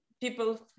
people